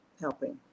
helping